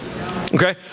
Okay